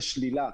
לשלילה.